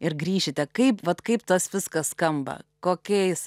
ir grįšite kaip vat kaip tas viskas skamba kokiais